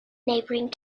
neighbouring